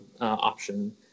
option